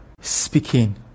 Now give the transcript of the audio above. speaking